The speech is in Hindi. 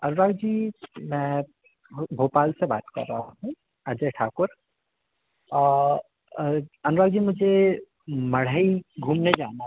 अनुराग जी मैं भोपाल से बात कर रहा हूँ अजय ठाकुर अनुराग जी मुझे मढ़ई घूमने जाना था